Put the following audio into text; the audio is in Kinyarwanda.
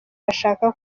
bashaka